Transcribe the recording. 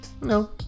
No